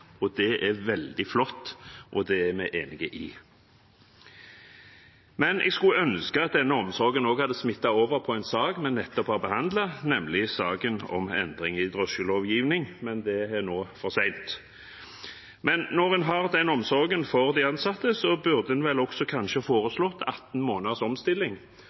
Posten. Det er veldig flott, og det er vi enig i. Men jeg skulle ønske at denne omsorgen også hadde smittet over på en sak vi nettopp har behandlet, nemlig saken om endring i drosjelovgivningen, men det er nå for sent. Når en har en slik omsorg for de ansatte, burde en kanskje også ha foreslått 18 måneders omstilling,